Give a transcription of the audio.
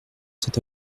cet